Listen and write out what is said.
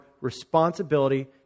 responsibility